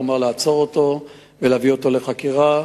כלומר לעצור אותו ולהביא אותו לחקירה.